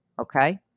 Okay